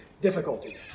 difficulty